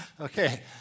Okay